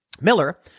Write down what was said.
Miller